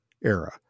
era